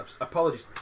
Apologies